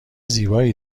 زیبایی